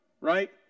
Right